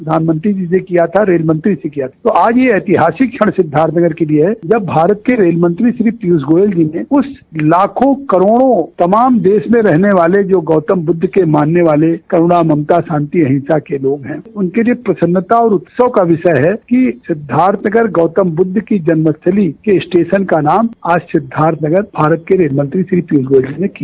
प्रधानमंत्री जी से किया था रेल मंत्री से किया था तो आज यह ऐतिहासिक क्षण सिद्धार्थनगर के लिये जब भारत के रेलमंत्री श्री पीयूष गोयल जी ने उस लाखों करोड़ों तमाम देश में रहने वाले जो गौतमबुद्ध के मानने वाले करूणा ममता शांति अहिंसा के लोग है उनके लिये प्रसन्नता और उत्सव का विषय है कि सिद्वार्थनगर गौतमबुद्ध की जन्मस्थली के स्टेशन का नाम आज सिद्वार्थनगर भारत के रेलमंत्री श्री पीयूष गोयल ने किया